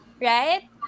Right